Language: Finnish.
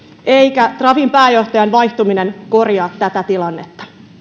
eikä trafin pääjohtajan vaihtuminen korjaa tätä tilannetta